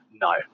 No